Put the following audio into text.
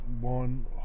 One